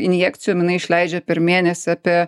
injekcijom jinai išleidžia per mėnesį apie